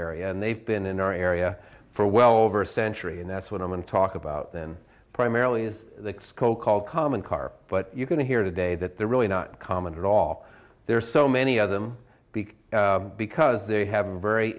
area and they've been in our area for well over a century and that's what i'm going to talk about then primarily is the cold called common car but you can hear today that they're really not common at all there are so many of them big because they have a very